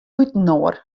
útinoar